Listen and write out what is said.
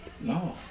No